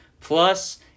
Plus